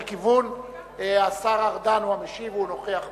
והוא נוכח באולם.